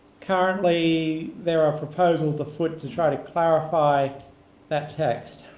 currently there are proposals afoot to try to clarify that text.